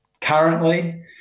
currently